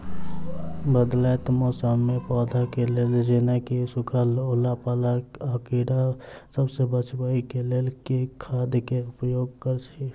बदलैत मौसम मे पौधा केँ लेल जेना की सुखा, ओला पाला, आ कीड़ा सबसँ बचबई केँ लेल केँ खाद केँ उपयोग करऽ छी?